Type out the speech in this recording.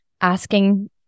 asking